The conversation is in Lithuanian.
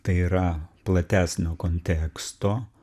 tai yra platesnio konteksto